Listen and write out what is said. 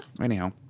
Anyhow